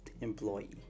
employee